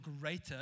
greater